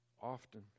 Often